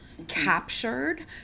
captured